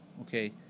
okay